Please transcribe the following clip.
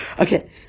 okay